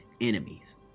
enemies